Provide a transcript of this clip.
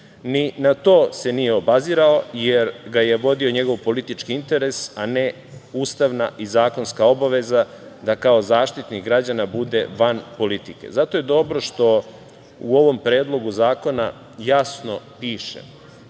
Ni na to se nije obazirao jer ga je vodio njegov politički interes, a ne ustavna i zakonska obaveza da kao Zaštitnika građana bude van politike. Zato je dobro što u ovom Predlogu zakona jasno piše